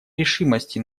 решимости